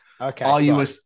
okay